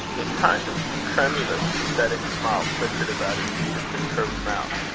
a kind of tremulous pathetic smile flickered about his beautifully curved mouth,